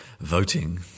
voting